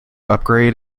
upgrade